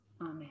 Amen